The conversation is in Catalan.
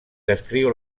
descriu